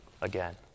again